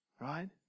right